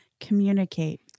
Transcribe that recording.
Communicate